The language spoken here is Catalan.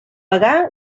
vagar